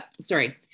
sorry